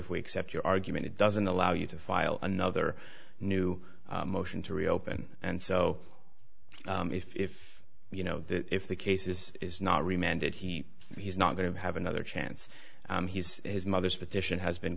if we accept your argument it doesn't allow you to file another new motion to reopen and so if you know that if the cases is not remanded he he's not going to have another chance he's his mother's petition has been